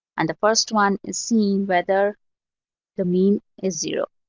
and the first one is seen whether the mean is zero.